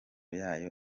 yayo